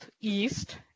east